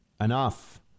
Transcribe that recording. enough